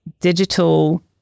digital